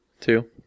two